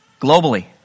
Globally